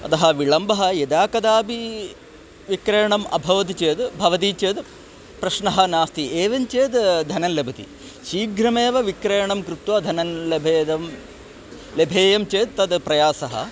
अतः विलम्बं यदा कदापि विक्रयणम् अभवत् चेद् भवति चेद् प्रश्नः नास्ति एवं चेद् धनं लभति शीघ्रमेव विक्रयणं कृत्वा धनं लभेयं लेभेयं चेत् तद् प्रयासः